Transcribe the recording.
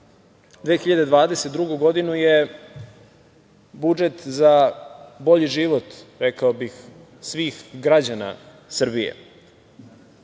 2022. godinu je budžet za bolji život, rekao bih, svih građana